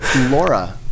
Laura